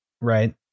right